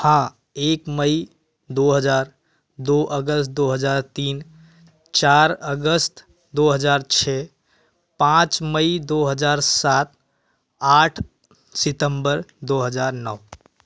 हाँ एक मई दो हज़ार दो अगस्त दो हज़ार तीन चार अगस्त दो हज़ार छ पाँच मई दो हज़ार सात आठ सितम्बर दो हज़ार नौ